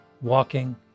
walking